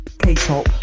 K-pop